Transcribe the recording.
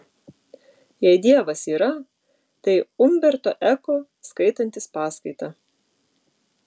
jei dievas yra tai umberto eko skaitantis paskaitą